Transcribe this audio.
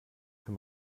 für